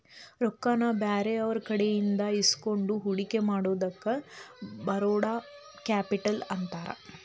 ರೊಕ್ಕಾನ ಬ್ಯಾರೆಯವ್ರಕಡೆಇಂದಾ ಇಸ್ಕೊಂಡ್ ಹೂಡ್ಕಿ ಮಾಡೊದಕ್ಕ ಬಾರೊಡ್ ಕ್ಯಾಪಿಟಲ್ ಅಂತಾರ